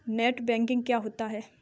Net banking क्या होता है?